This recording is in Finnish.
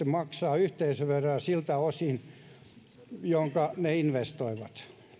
maksaa yhteisöveroa siltä osin jonka ne investoivat